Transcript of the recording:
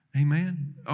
Amen